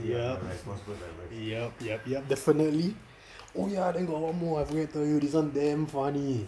yup yup yup yup definitely oh ya got one more I forget to tell you this [one] damn funny